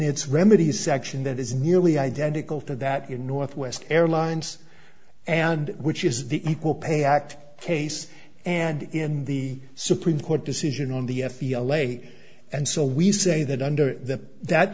its remedies section that is nearly identical to that in northwest airlines and which is the equal pay act case and in the supreme court decision on the f b i away and so we say that under the that